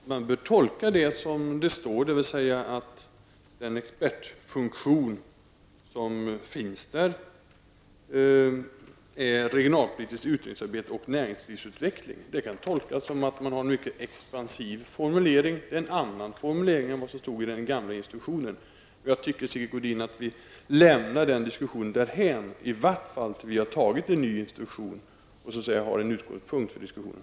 Herr talman! Man bör tolka detta på det sätt som det står i svaret, dvs. att den expertfunktion som finns innebär regionalpolitiskt utredningsarbete och näringslivsutveckling. Det kan tolkas som att man har en mycket expansiv formulering, en annan formulering än den som stod i den gamla instruktionen. Jag tycker, Sigge Godin, att vi lämnar den diskussionen därhän i varje fall tills vi har antagit en ny instruktion och så att säga har en utgångspunkt för diskussionen.